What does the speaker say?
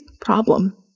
problem